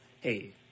hey